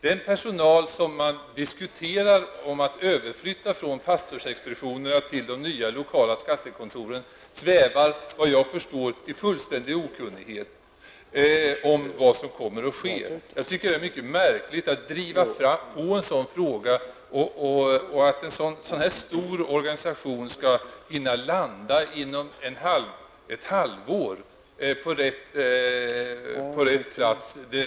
Den personal som man diskuterar om att överflytta från pastorsexpeditionerna till de nya lokala skattekontoren svävar, efter vad jag förstår, i fullständig okunnighet om vad som kommer att ske. Jag tycker att det är mycket märkligt att driva på en sådan fråga. Hur skall en sådan här stor organisation hinna landa inom ett halvår?